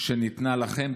שניתנה לכם,